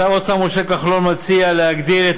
שר האוצר משה כחלון מציע להגדיל את